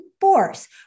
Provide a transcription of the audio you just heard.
force